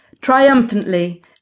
Triumphantly